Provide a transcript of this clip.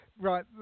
Right